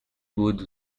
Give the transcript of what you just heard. wood